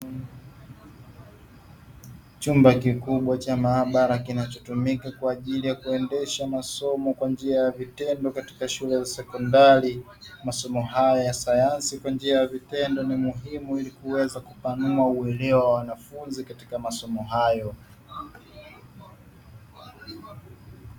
Chumba kikubwa cha maabara kinachotumika kwaajili ya kuendeshe masomo kwa njia ya vitendo katika shule ya sekondari, masomo hayo ya sayansi kwa njia ya vitendo ni muhimu ili kuweza kupanua uelewa wa wanafunzi katika masomo hayo.